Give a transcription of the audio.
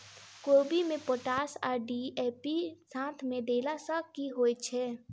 कोबी मे पोटाश आ डी.ए.पी साथ मे देला सऽ की होइ छै?